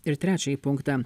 ir trečiąjį punktą